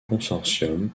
consortium